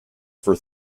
for